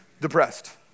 depressed